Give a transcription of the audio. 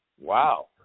wow